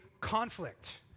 conflict